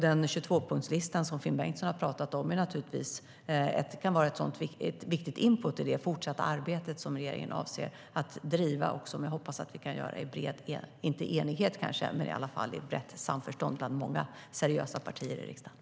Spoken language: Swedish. Den 22-punktslista som Finn Bengtsson har talat om kan vara viktig input i det fortsatta arbete som regeringen avser att driva. Jag hoppas att det arbetet kan göras i kanske inte bred enighet men i alla fall brett samförstånd mellan många seriösa partier i riksdagen.